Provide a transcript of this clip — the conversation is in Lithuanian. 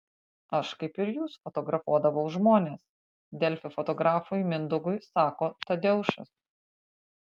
aš kaip ir jūs fotografuodavau žmones delfi fotografui mindaugui sako tadeušas